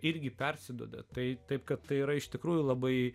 irgi persiduoda tai taip kaip tai yra iš tikrųjų labai